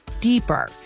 deeper